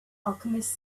alchemist